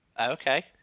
Okay